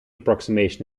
approximation